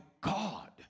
God